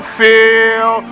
feel